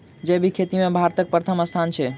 जैबिक खेती मे भारतक परथम स्थान छै